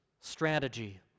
strategy